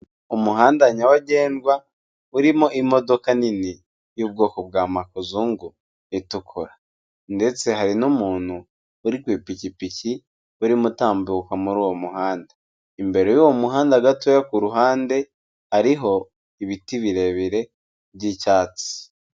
Umuhanda nyabagendwa, urimo imodoka nini y'ubwoko bwa makuzungu itukura ndetse hari n'umuntu uri ku ipikipiki urimo utambuka muri uwo muhanda. Imbere y'uwo muhanda gatoya ku ruhande hariho ibiti birebire by'icyatsi.